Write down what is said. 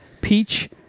Peach